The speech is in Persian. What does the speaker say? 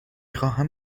خواهم